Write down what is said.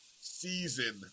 season